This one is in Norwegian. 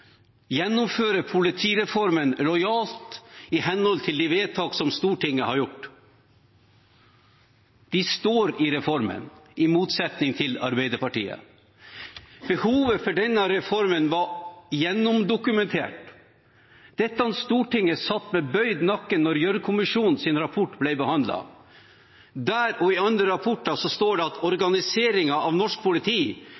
politireformen lojalt og i henhold til de vedtakene som Stortinget har fattet. De står i reformen – i motsetning til Arbeiderpartiet. Behovet for denne reformen var gjennomdokumentert. Dette stortinget satt med bøyd nakke da Gjørv-kommisjonens rapport ble behandlet. Der og i andre rapporter sto det at